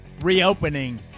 reopening